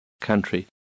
country